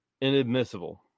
inadmissible